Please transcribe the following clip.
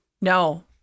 No